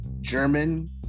German